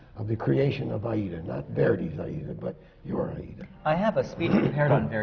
of the creation of aida. not verdi's aida, but your aida. i have speech prepared on